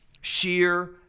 Sheer